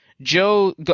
Joe